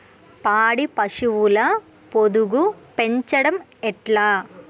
పాడి పశువుల పొదుగు పెంచడం ఎట్లా?